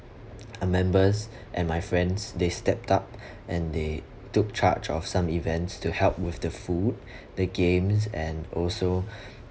uh members and my friends they stepped up and they took charge of some events to help with the food the games and also